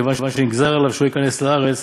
כיוון שנגזר עליו שלא ייכנס לארץ,